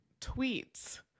tweets